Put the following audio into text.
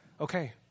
okay